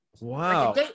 Wow